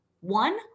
one